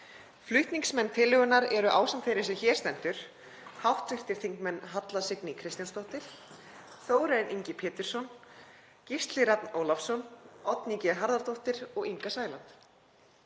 Flutningsmenn tillögunnar eru, ásamt þeirri sem hér stendur, hv. þingmenn Halla Signý Kristjánsdóttir, Þórarinn Ingi Pétursson, Gísli Rafn Ólafsson, Oddný G. Harðardóttir og Inga Sæland.